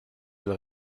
elle